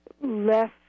less